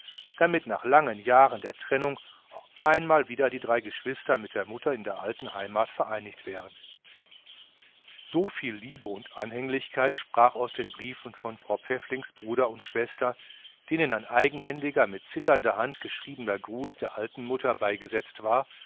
damit nach langen jahren der trennung auch einmal wieder die drei geschwister mit der mutter in der alten heimat vereinigt wären so viel liebe und anhänglichkeit sprach sich aus in den briefen von frau pfäfflings bruder und schwester denen ein eigenhändiger mit zitternder hand geschriebener gruß der alten mutter beigesetzt war